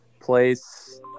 place